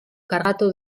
kargatu